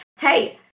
hey